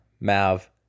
mav